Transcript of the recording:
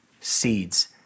seeds